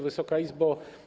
Wysoka Izbo!